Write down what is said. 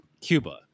Cuba